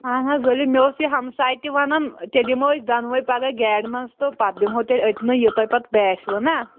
آہن حظ ؤلِو مےٚ اوس یہِ ہمساے تہِ ونان ژےٚ دِمہوے أسۍ دۅنوَے پگاہ گاڑِ منٛز تہٕ پَتہٕ دِمہو تۄہہِ أتۍنٕے یہِ تۄہہِ پتہٕ باسوٕ نا